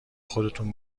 خودتون